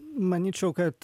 manyčiau kad